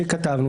שכתבנו.